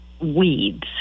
weeds